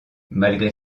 malgré